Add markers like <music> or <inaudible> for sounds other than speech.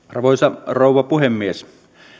<unintelligible> arvoisa rouva puhemies